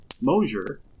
Mosier